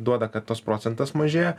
duoda kad tas procentas mažėja